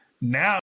now